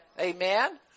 Amen